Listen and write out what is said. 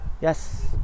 Yes